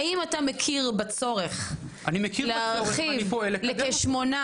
האם אתה מכיר בצורך להרחיב לשמונה